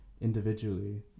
individually